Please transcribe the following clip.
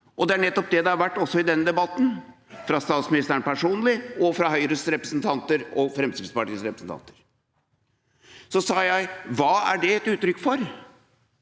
og det er nettopp det det har vært også i denne debatten fra statsministeren personlig og fra Høyres og Fremskrittspartiets representanter. Så sa jeg: Hva er det et uttrykk for?